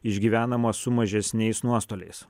išgyvenama su mažesniais nuostoliais